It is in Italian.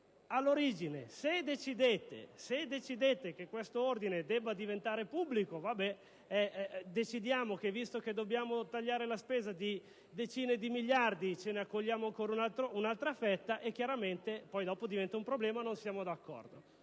all'origine che questo ordine debba diventare pubblico e stabiliamo che, visto che dobbiamo tagliare la spesa di decine di miliardi, ce ne accolliamo ancora un'altra fetta, ciò diventa un problema, e non siamo d'accordo.